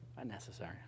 Unnecessary